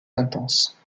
intense